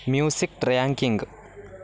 music tracking